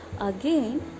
again